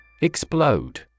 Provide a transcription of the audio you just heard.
Explode